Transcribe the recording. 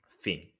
thin